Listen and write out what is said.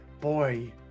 boy